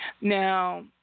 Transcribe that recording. Now